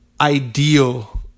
ideal